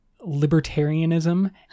libertarianism